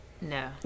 No